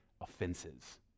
offenses